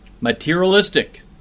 Materialistic